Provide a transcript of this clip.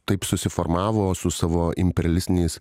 taip susiformavo su savo imperialistiniais